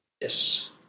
Yes